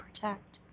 Protect